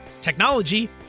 technology